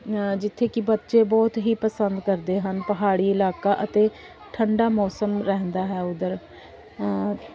ਜਿੱਥੇ ਕਿ ਬੱਚੇ ਬਹੁਤ ਹੀ ਪਸੰਦ ਕਰਦੇ ਹਨ ਪਹਾੜੀ ਇਲਾਕਾ ਅਤੇ ਠੰਡਾ ਮੌਸਮ ਰਹਿੰਦਾ ਹੈ ਉੱਧਰ